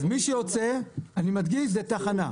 אז מי שיוצא, אני מדגיש, זו תחנה.